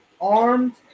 armed